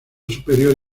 superior